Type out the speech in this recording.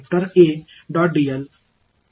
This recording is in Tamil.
எனவே இந்த பாதையில் dl என்ன இருக்கிறது